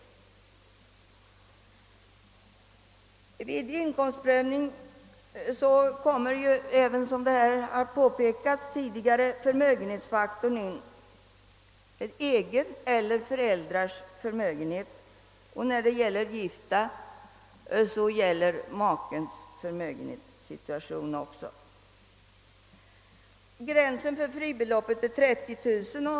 Som tidigare påpekats tas vid inkomstprövning även hänsyn till förmögenhetsförhållanden — egen eller föräldrars förmögenhet och, när det gäller gifta, makens förmögenhetssituation. Gränsen för fribeloppet är 30 000 kronor.